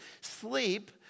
Sleep